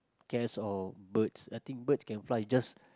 cats or birds I think birds can fly just